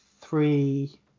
three